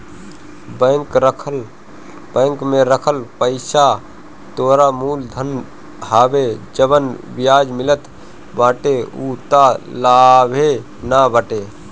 bank में रखल पईसा तोहरा मूल धन हवे जवन बियाज मिलत बाटे उ तअ लाभवे न बाटे